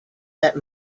that